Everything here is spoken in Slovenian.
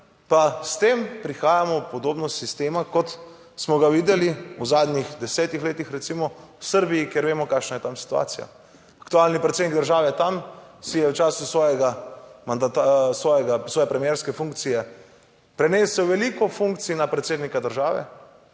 pa s tem prihajamo v podobnost sistema kot smo ga videli v zadnjih desetih letih recimo v Srbiji, kjer vemo, kakšna je tam situacija. Aktualni predsednik države tam si je v času svojega mandata, svojega svoje premierske funkcije prenesel veliko funkcij na predsednika države